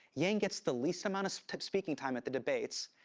yang gets the least amount of speaking time at the debates,